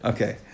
Okay